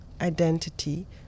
identity